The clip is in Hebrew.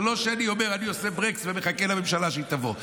זה לא שאני אומר שאני שם ברקס ומחכה לממשלה שתבוא.